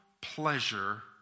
pleasure